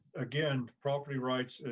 again, property rights,